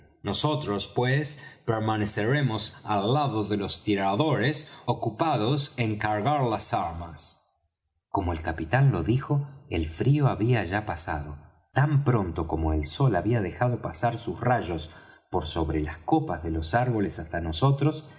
nosotros pues permaneceremos al lado de los tiradores ocupados en cargas las armas como el capitán lo dijo el frío había ya pasado tan pronto como el sol había dejado pasar sus rayos por sobre las copas de los árboles hasta nosotros